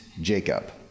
Jacob